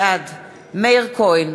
בעד מאיר כהן,